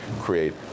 create